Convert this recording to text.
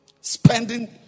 Spending